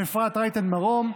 אפרת רייטן מרום,